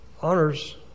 honors